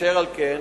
אשר על כן,